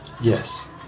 Yes